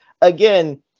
again